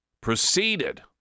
Proceeded